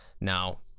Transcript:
Now